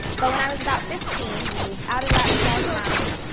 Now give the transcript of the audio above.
but when i was about fifteen, we moved out of that small town,